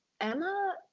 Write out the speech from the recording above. Emma